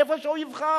איפה שהוא יבחר,